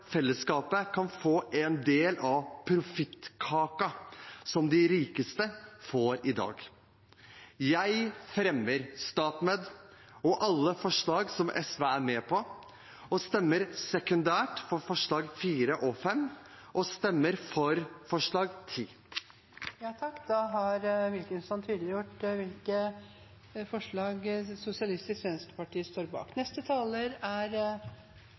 fellesskapet kan få en del av profittkaka som de rikeste får i dag. Jeg fremmer forslaget om StatMed og det andre forslaget fra SV. Vi stemmer sekundært for forslagene nr. 4 og 5, og vi stemmer for forslag nr. 10. Da har representanten Nicholas Wilkinson tatt opp de forslagene han refererte til og tydeliggjort hvilke forslag SV står bak.